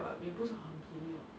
你存钱也是